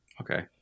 Okay